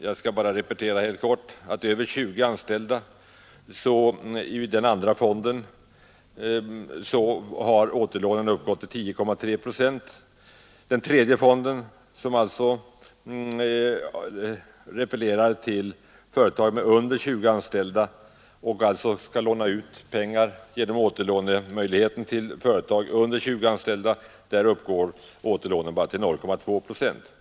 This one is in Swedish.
Jag skall bara helt kort repetera att från den andra fonden för företag med mer än 20 anställda har återlånen uppgått till 10,3 procent. Från den tredje fonden, som furnerar företag med färre än 20 anställda med krediter och alltså skall ge återlånemöjligheter till sådana företag, uppgår återlånen bara till 0,2 procent.